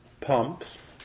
pumps